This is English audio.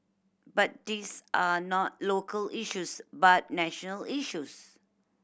but these are not local issues but national issues